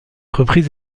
reprise